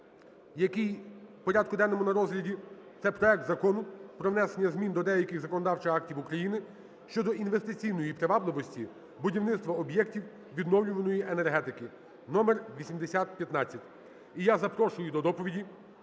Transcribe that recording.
який в порядку денному на розгляді, це проект Закону про внесення змін до деяких законодавчих актів України (щодо інвестиційної привабливості будівництва об'єктів відновлювальної енергетики) (№ 8015). І я запрошую до доповіді